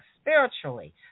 spiritually